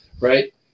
right